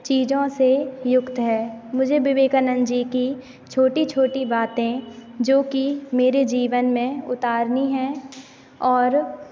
चीज़ों से युक्त है मुझे विवेकानंद जी की छोटी छोटी बातें जो कि मेरे जीवन में उतारनी हैं और